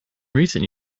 recent